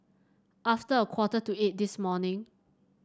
after a quarter to eight this morning